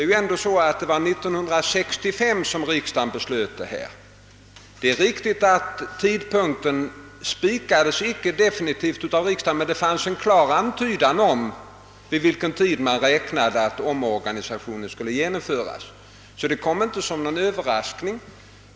Riksdagen fattade ju beslut i saken år 1965. Det är riktigt att tidpunkten inte definitivt spikades av riksdagen, men det fanns en klar antydan om vid vilken tid man räknade med att omorganisationen skulle genomföras. Det hela kom alltså inte som någon överraskning.